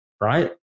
Right